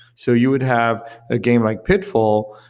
so you would have a game like pitfall,